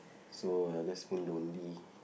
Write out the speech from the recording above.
so I will just feel lonely